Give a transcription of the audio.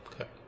Okay